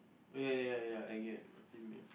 oh ya ya ya I get what you mean